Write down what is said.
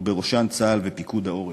ובראשן צה"ל ופיקוד העורף,